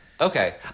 Okay